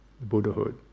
Buddhahood